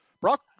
Brock